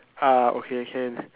ah okay can